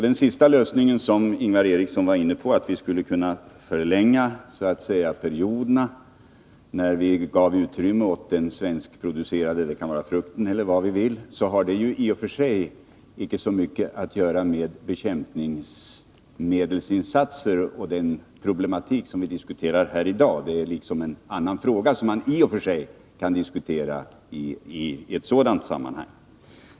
Den lösning som Ingvar Eriksson var inne på i sitt senaste anförande, att vi skulle kunna förlänga de perioder, under vilka vi ger utrymme åt svenskproducerade produkter — det kan vara frukt eller vad vi vill — har egentligen icke så mycket att göra med bekämpningsmedelsinsatser och den problematik som vi diskuterar här i dag. Det är en fråga som man i och för sig kan diskutera i ett annat sammanhang.